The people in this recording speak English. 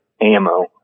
ammo